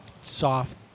soft